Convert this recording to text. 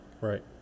Right